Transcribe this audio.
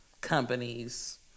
companies